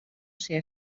ser